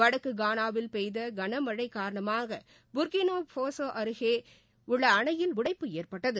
வடக்கு கானாவில் பெய்த கனமழை காரணமாக புர்க்கினோ பாசோ அருகே உள்ள அணையில் உடைப்பு ஏற்பட்டது